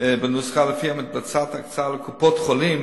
בנוסחה שלפיה מתבצעת הקצאה לקופות-חולים,